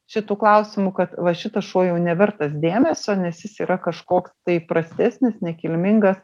šitų klausimų kad va šitas šuo jau nevertas dėmesio nes jis yra kažkoks tai prastesnis nekilmingas